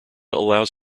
allows